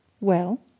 Well